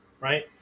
right